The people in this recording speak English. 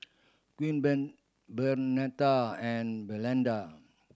Queen Ben Bernetta and Belinda